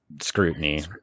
scrutiny